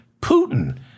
Putin